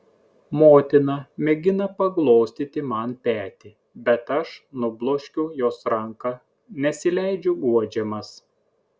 motina mėgina paglostyti man petį bet aš nubloškiu jos ranką nesileidžiu guodžiamas